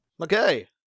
Okay